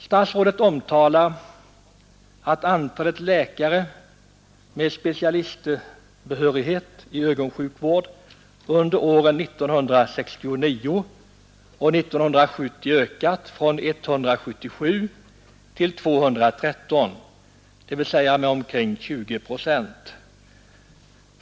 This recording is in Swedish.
Statsrådet omtalar att antalet läkare med specialistbehörighet i ögonsjukvård under åren 1969 och 1970 ökat från 177 till 213, dvs, med omkring 20 procent.